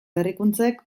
berrikuntzek